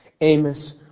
Amos